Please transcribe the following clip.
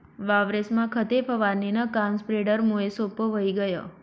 वावरेस्मा खते फवारणीनं काम स्प्रेडरमुये सोप्पं व्हयी गय